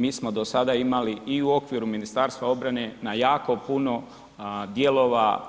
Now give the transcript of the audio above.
Mi smo do sada imali i u okviru Ministarstva obrane na jako puno djelova